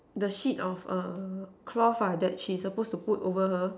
the sheet of uh cloth ah that she's suppose to put over her